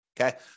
Okay